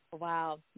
Wow